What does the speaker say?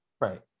Right